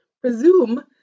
presume